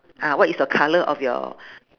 ah what is the colour of your